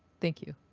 thank you.